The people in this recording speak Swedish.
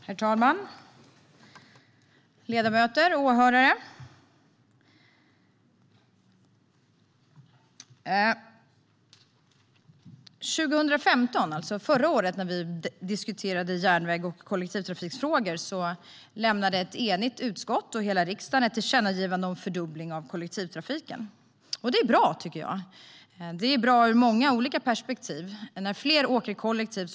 Herr talman! Ledamöter! Åhörare! När vi diskuterade järnvägs och kollektivtrafikfrågor 2015, alltså förra året, lämnade ett enigt utskott och hela riksdagen ett tillkännagivande till regeringen om fördubbling av kollektivtrafiken. Det är bra ur många olika perspektiv. Miljön tjänar på att fler åker kollektivt.